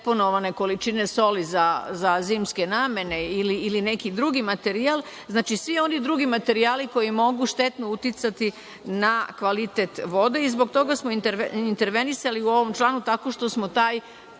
količine soli za zimske namene ili neki drugi materijal, znači svi oni drugi materijali koji mogu štetno uticati na kvalitet voda. Zbog toga smo intervenisali u ovom članu tako što smo te